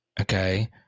Okay